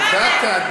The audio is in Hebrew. דקה.